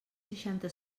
seixanta